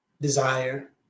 desire